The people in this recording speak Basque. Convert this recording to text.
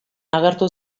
agertu